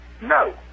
No